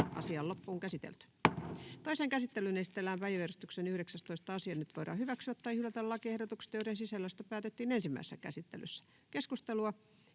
kannatettava. — Kiitos. Toiseen käsittelyyn esitellään päiväjärjestyksen 13. asia. Nyt voidaan hyväksyä tai hylätä lakiehdotus, jonka sisällöstä päätettiin ensimmäisessä käsittelyssä. —